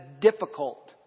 difficult